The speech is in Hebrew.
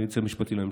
המשפטי לממשלה.